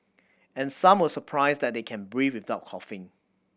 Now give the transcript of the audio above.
and some were surprised that they can breathe without coughing